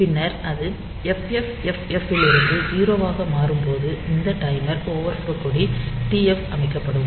பின்னர் அது FFFF இலிருந்து 0 ஆக மாறும் போது இந்த டைமர் ஓவர்ஃப்லோ கொடி TF அமைக்கப்படும்